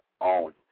own